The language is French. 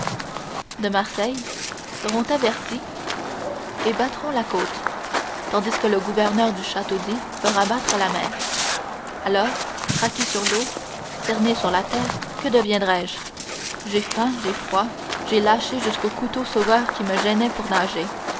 de marseille seront avertis et battront la côte tandis que le gouverneur du château d'if fera battre la mer alors traqué sur l'eau cerné sur la terre que deviendrai-je j'ai faim j'ai froid j'ai lâché jusqu'au couteau sauveur qui me gênait pour nager